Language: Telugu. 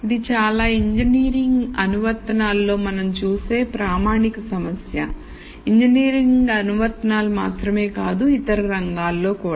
ఇది చాలా ఇంజనీరింగ్ అనువర్తనాలు లో మనం చూసే చాలా ప్రామాణిక సమస్య ఇంజనీరింగ్ అనువర్తనాలు మాత్రమే కాదు ఇతర రంగాలలో కూడా